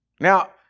Now